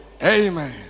Amen